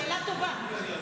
שאלה טובה.